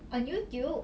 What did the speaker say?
on youtube